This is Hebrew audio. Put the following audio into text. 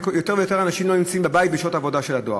כי יותר ויותר אנשים לא נמצאים בבית בשעות העבודה של הדואר.